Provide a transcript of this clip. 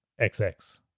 XX